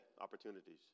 opportunities